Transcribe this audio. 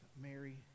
Mary